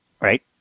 right